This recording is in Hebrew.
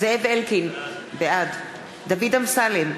זאב אלקין, בעד דוד אמסלם,